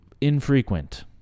infrequent